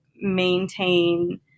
maintain